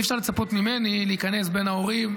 אי-אפשר לצפות ממני להיכנס בין ההורים,